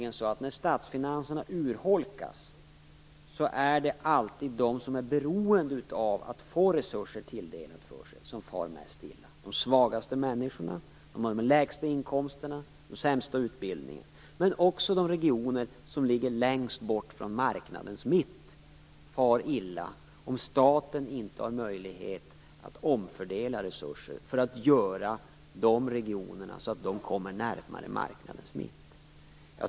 När statsfinanserna urholkas är det ju alltid de som är beroende av att få sig resurser tilldelade som far mest illa. Det är de svagaste människorna, de med den lägsta inkomsten och den sämsta utbildningen. Men också de regioner som ligger längst bort från marknadens mitt far illa om staten inte har möjlighet att omfördela resurser och göra så att de regionerna kommer närmare marknadens mitt.